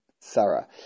Sarah